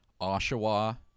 oshawa